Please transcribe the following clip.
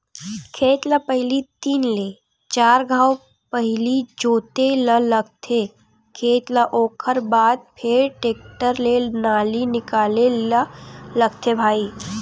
खेत ल पहिली तीन ले चार घांव पहिली जोते ल लगथे खेत ल ओखर बाद फेर टेक्टर ले नाली निकाले ल लगथे भई